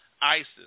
Isis